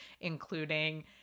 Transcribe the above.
including